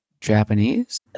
Japanese